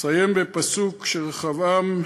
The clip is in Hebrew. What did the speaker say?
אסיים בפסוק שרחבעם,